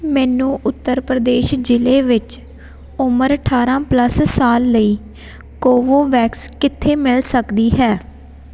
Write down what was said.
ਮੈਨੂੰ ਉੱਤਰ ਪ੍ਰਦੇਸ਼ ਜ਼ਿਲ੍ਹੇ ਵਿੱਚ ਉਮਰ ਅਠਾਰਾਂ ਪਲਸ ਸਾਲ ਲਈ ਕੋਵੋਵੈਕਸ ਕਿੱਥੇ ਮਿਲ ਸਕਦੀ ਹੈ